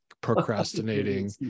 procrastinating